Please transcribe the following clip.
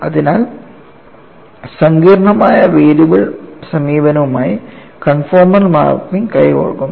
അതിനാൽ സങ്കീർണ്ണമായ വേരിയബിൾ സമീപനവുമായി കോൺഫോർമൽ മാപ്പിംഗ് കൈകോർക്കുന്നു